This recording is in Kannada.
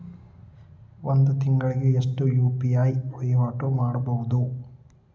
ಒಂದ್ ತಿಂಗಳಿಗೆ ಎಷ್ಟ ಯು.ಪಿ.ಐ ವಹಿವಾಟ ಮಾಡಬೋದು?